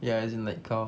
ya as in like cow